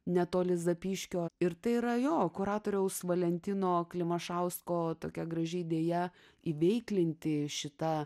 netoli zapyškio ir tai yra jo kuratoriaus valentino klimašausko tokia graži idėja įveiklinti šitą